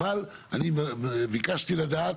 ביקשתי לדעת,